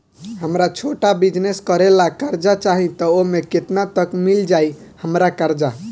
हमरा छोटा बिजनेस करे ला कर्जा चाहि त ओमे केतना तक मिल जायी हमरा कर्जा?